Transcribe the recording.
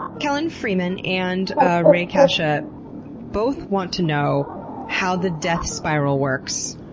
kellen freeman and ah ray casha both want to know how the death spiral works.